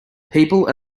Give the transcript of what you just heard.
people